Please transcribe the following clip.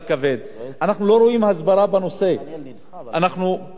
אנחנו כמעט לא רואים את זה בטלוויזיה, הסברה,